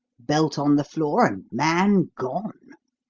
belt on the floor, and man gone.